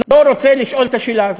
לא רוצה לשאול את השאלה הזאת.